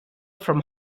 from